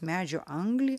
medžio anglį